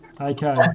Okay